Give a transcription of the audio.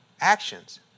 actions